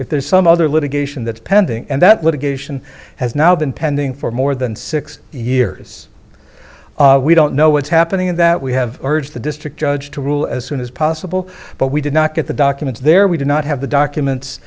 if there's some other litigation that's pending and that litigation has now been pending for more than six years we don't know what's happening in that we have urged the district judge to rule as soon as possible but we did not get the documents there we did not have the documents